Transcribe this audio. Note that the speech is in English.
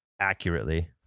accurately